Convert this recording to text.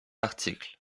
article